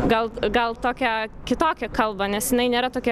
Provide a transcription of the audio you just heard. gal gal tokią kitokią kalbą nes jinai nėra nėra tokia